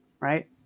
right